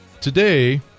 Today